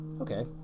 okay